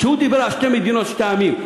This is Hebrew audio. כשהוא דיבר על שתי מדינות לשתי עמים,